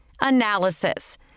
Analysis